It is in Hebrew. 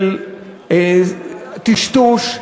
של טשטוש,